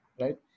right